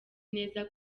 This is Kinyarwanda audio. neza